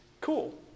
cool